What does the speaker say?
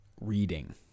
reading